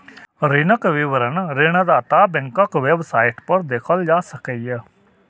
ऋणक विवरण ऋणदाता बैंकक वेबसाइट पर देखल जा सकैए